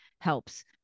helps